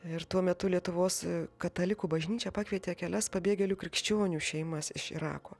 ir tuo metu lietuvos katalikų bažnyčia pakvietė kelias pabėgėlių krikščionių šeimas iš irako